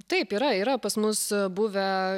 taip yra yra pas mus buvę